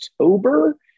October